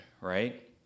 Right